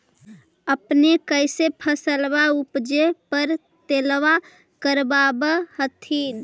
अपने कैसे फसलबा उपजे पर तौलबा करबा होत्थिन?